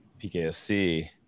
PKSC